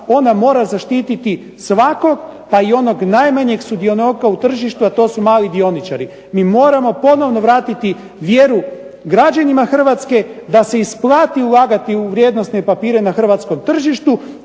ona mora zaštiti svakog, pa i onog najmanjeg sudionika u tržištu, a to su mali dioničari. Mi moramo ponovno vratiti vjeru građanima Hrvatske da se isplati ulagati u vrijednosne papire na hrvatskom tržištu